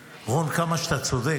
רון, כמה שאתה צודק.